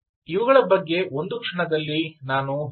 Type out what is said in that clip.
ಇವುಗಳ ಬಗ್ಗೆ ಒಂದು ಕ್ಷಣದಲ್ಲಿ ನಾನು ವಿವರಣೆ ಕೊಡುತ್ತೇನೆ